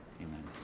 Amen